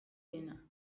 dena